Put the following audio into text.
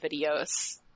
videos